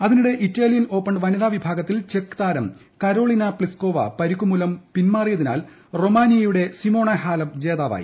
അതിനിടെ Italian Open വനിതാവിഭാഗത്തിൽ ചെക്ക് താരം കരോളിന പ്ലിസ്കൊവ പരിക്ക് മൂലം പിൻമാറിയതിനാൽ റൊമാനിയയുടെ സിമോണ ഹാലെപ് ജേതാവായി